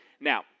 Now